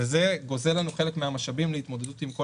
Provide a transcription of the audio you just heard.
וזה גוזל לנו חלק מהמשאבים להתמודדות עם כל